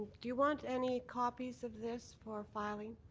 do you want any copies of this for filing?